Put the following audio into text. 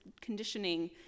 conditioning